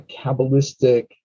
Kabbalistic